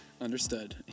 Understood